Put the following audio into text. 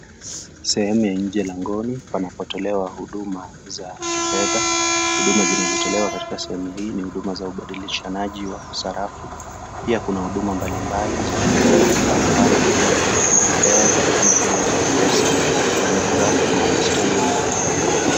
Sehwmu ya nje langoni panapotolewa huduma za kifedha, huduma zinazotolewa katika sehemu hii ni huduma ya ubadilishanaji wa sarafu, pia kuna huduma mbali mbali za kifedha kwa mfano huduma za kutuma fedha kama vile Mpesa, Moneygram, na Western Union.